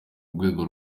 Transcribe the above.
rwego